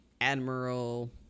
admiral